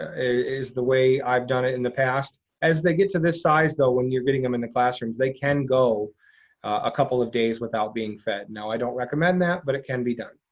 ah is the way i've done it in the past. as they get to this size, though, when you're getting them in the classrooms, they can go a couple of days without being fed. now i don't recommend that, but it can be done.